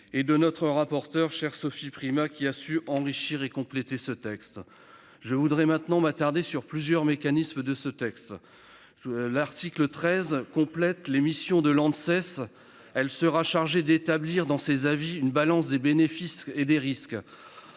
Et de notre rapporteur chers Sophie Primas, qui a su enrichir et compléter ce texte. Je voudrais maintenant m'attarder sur plusieurs mécanismes de ce texte sous l'article 13, complète l'émission de Lanxess. Elle sera chargée d'établir dans ses avis une balance des bénéfices et des risques.